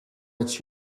its